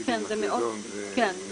כן, זה מאוד חשוב.